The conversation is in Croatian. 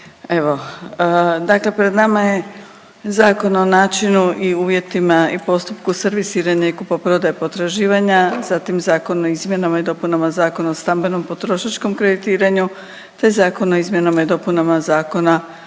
evo, dakle pred nama je Zakon o načinu i uvjetima i postupku servisiranja i kupoprodaje potraživanja, zatim Zakon o izmjenama i dopunama Zakona o stambenom potrošačkom kreditiranju te Zakon o izmjenama i dopunama Zakona